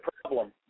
problem